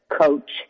coach